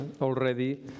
already